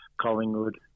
Collingwood